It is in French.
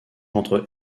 entre